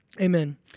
Amen